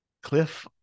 Cliff